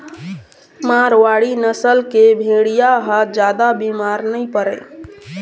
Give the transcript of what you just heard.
मारवाड़ी नसल के भेड़िया ह जादा बिमार नइ परय